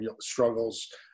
struggles